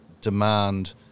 demand